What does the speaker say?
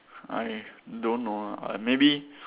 I don't know ah uh maybe